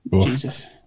Jesus